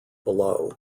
below